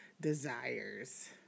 desires